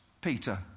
Peter